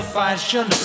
fashion